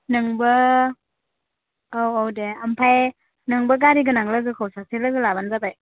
नोंबो औ औ दे ओमफ्राय नोंबो गारि गोनां लोगोखौ सासे लोगो लाबानो जाबाय